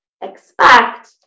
expect